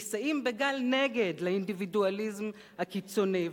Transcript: נישאים בגל נגד לאינדיבידואליזם הקיצוני,